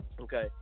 Okay